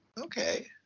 Okay